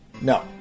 No